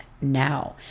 now